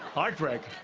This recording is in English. heartbreak?